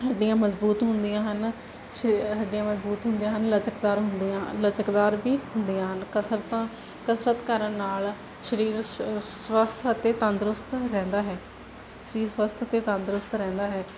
ਹੱਡੀਆਂ ਮਜ਼ਬੂਤ ਹੁੰਦੀਆਂ ਹਨ ਸ਼ਰ ਹੱਡੀਆਂ ਮਜ਼ਬੂਤ ਹੁੰਦੇ ਹਨ ਲਚਕਦਾਰ ਹੁੰਦੀਆਂ ਲਚਕਦਾਰ ਵੀ ਹੁੰਦੀਆਂ ਹਨ ਕਸਰਤਾਂ ਕਸਰਤ ਕਰਨ ਨਾਲ ਸ਼ਰੀਰ ਸ ਸਵੱਸਥ ਅਤੇ ਤੰਦਰੁਸਤ ਰਹਿੰਦਾ ਹੈ ਸਰੀਰ ਸਵੱਸਥ ਅਤੇ ਤੰਦਰੁਸਤ ਰਹਿੰਦਾ ਹੈ